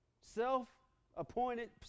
self-appointed